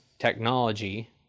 technology